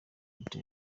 leta